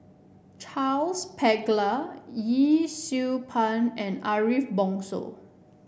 Charles Paglar Yee Siew Pun and Ariff Bongso